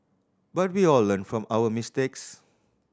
but we all learn from our mistakes